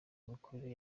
imikorere